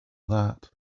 that